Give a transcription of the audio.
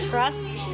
Trust